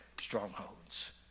strongholds